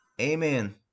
Amen